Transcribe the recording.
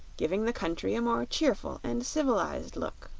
giving the country a more cheerful and civilized look.